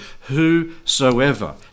Whosoever